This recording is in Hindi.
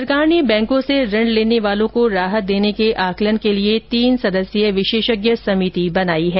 सरकार ने बैंकों से ऋण लेने वालों को राहत देने के आकलन के लिए तीन सदस्यीय विशेषज्ञ सभिति बनाई है